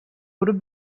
grup